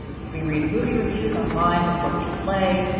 we read movie reviews online before hitting play.